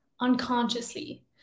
unconsciously